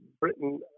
Britain